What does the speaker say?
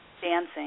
dancing